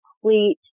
complete